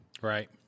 right